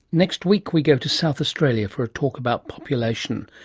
next week we go to south australia for a talk about population.